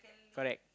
correct